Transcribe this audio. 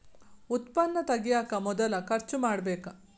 ಉತ್ಪನ್ನಾ ತಗಿಯಾಕ ಮೊದಲ ಖರ್ಚು ಮಾಡಬೇಕ